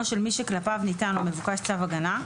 של מי שכלפיו ניתן או מבוקש צו ההגנה,